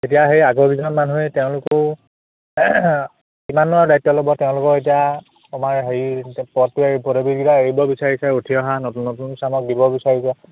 এতিয়া সেই আগৰকেইজন মানুহেই তেওঁলোকো কিমাননো আৰু দায়িত্ব ল'ব তেওঁলোকৰ এতিয়া আমাৰ হেৰি পদটো এই পদৱীকেইটা এৰিব বিচাৰিছে উঠি অহা নতুন নতুন চামক দিব বিচাৰিছে